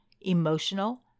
emotional